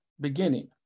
beginning